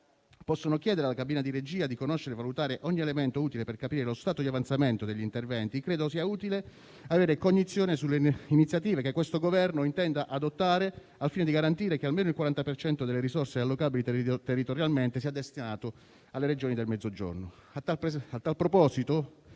possono chiedere alla cabina di regia di conoscere e valutare ogni elemento utile per capire lo stato di avanzamento degli interventi, credo sia utile avere cognizione delle iniziative che il Governo intende adottare, al fine di garantire che almeno il 40 per cento delle risorse allocabili territorialmente sia destinato alle Regioni del Mezzogiorno. A tal proposito